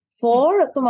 Four